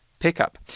Pick-up